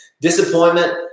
Disappointment